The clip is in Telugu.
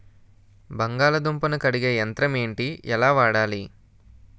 బంగాళదుంప ను కడిగే యంత్రం ఏంటి? ఎలా వాడాలి?